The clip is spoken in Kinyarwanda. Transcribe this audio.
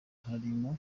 harimo